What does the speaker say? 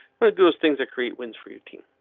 but those things that create wins for your team.